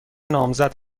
نامزد